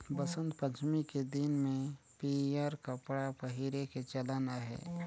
बसंत पंचमी के दिन में पीयंर कपड़ा पहिरे के चलन अहे